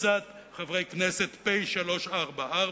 וקבוצת חברי הכנסת, פ/344,